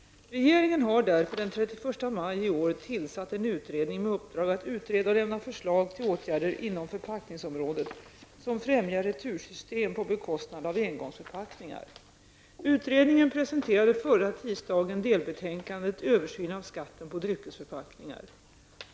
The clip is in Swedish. Regeringen har därför den 31 maj i år tillsatt en utredning med uppdrag att utreda och lämna förslag till åtgärder inom förpackningsområdet som främjar retursystem på bekostnad av engångsförpackningar. Utredningen presenterade förra tisdagen delbetänkandet ''Översyn av skatten på dryckesförpackningar''.